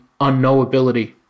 unknowability